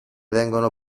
vengono